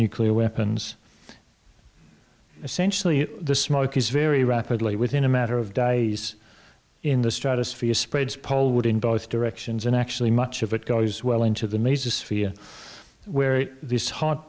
nuclear weapons essentially the smoke is very rapidly within a matter of days in the stratosphere spreads poleward in both directions and actually much of it goes well into the maze a sphere where it is hot